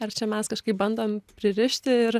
ar čia mes kažkaip bandom pririšti ir